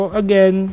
again